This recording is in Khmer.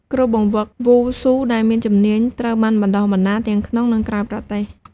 គ្រូបង្វឹកវ៉ូស៊ូដែលមានជំនាញត្រូវបានបណ្ដុះបណ្ដាលទាំងក្នុង និងក្រៅប្រទេស។